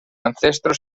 ancestros